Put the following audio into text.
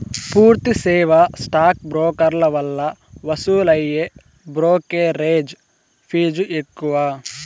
పూర్తి సేవా స్టాక్ బ్రోకర్ల వల్ల వసూలయ్యే బ్రోకెరేజ్ ఫీజ్ ఎక్కువ